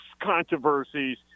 controversies